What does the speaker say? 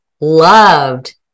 loved